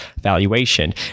valuation